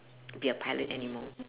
be a pilot anymore